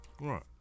Right